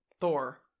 thor